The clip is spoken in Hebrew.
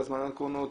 והזמנת קרונות,